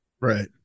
Right